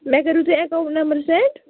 مےٚ کٔرِو تُہۍ اٮ۪کاوُنٛٹ نمبر سٮ۪نٛڈ